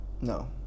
No